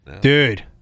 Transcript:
Dude